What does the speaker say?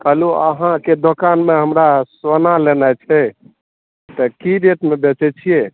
कलु अहाँ के दोकान में हमरा सोना लेन आए थे ता की रेट में बेचे थिए